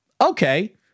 Okay